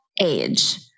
age